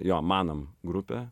jo manom grupė